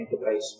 enterprise